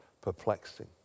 perplexing